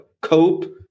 cope